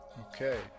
Okay